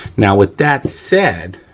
now with that said,